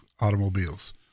automobiles